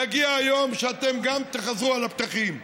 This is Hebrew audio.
יגיע היום שגם אתם תחזרו על הפתחים.